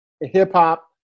Hip-hop